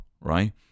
right